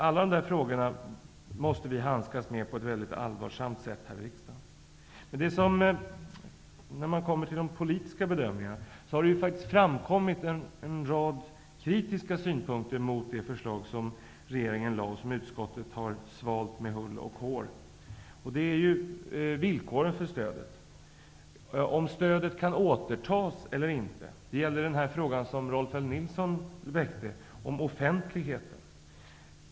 Alla dessa frågor måste vi handskas med på ett mycket allvarligt sätt här i riksdagen. När det gäller de politiska bedömningarna har det faktiskt framkommit en rad kritiska synpunkter mot det förslag som regeringen lade fram och som utskottet har svalt med hull och hår. Kritiken gäller villkoren för stödet och om stödet kan återtas eller inte. Det gäller också den fråga som Rolf L Nilson tog upp om offentligheten.